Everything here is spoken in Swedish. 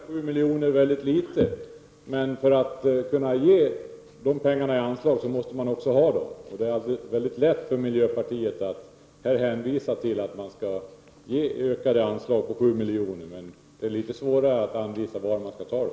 Herr talman! Roy Ottosson tycker att 7 milj.kr. är väldigt litet. Men för att kunna ge de pengarna i anslag måste man också ha dem. Det är mycket lätt för miljöpartiet att här hänvisa till att man skall öka anslaget med 7 milj.kr. Det är litet svårare att anvisa var man skall ta dem.